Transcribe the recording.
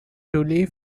tully